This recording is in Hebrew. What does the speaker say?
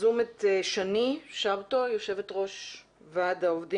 אני חושבת ששמענו כאן דברים חשובים מאוד ומעניינים.